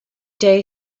day